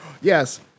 yes